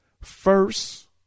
first